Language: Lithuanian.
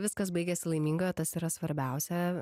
viskas baigėsi laimingai o tas yra svarbiausia